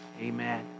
Amen